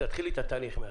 תתחילי את התהליך מהתחלה.